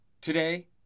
Today